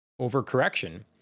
overcorrection